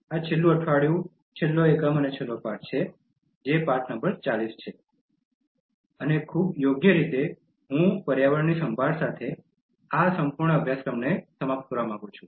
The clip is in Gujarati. આ છેલ્લું અઠવાડિયું છેલ્લો એકમ અને છેલ્લો પાઠ છે જે પાઠ નંબર 40 છે અને ખૂબ જ યોગ્ય રીતે હું પર્યાવરણની સંભાળ સાથે આ સંપૂર્ણ અભ્યાસક્રમને સમાપ્ત કરવા માંગુ છું